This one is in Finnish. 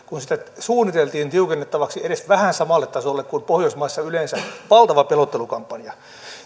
kun sitä suunniteltiin tiukennettavaksi edes vähän samalle tasolle kuin pohjoismaissa yleensä valtava pelottelukampanja